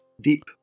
deep